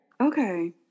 okay